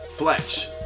Fletch